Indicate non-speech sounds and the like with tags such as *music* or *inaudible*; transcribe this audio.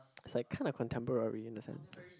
*noise* it's like kinda contemporary in a sense